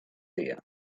dia